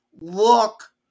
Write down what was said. Look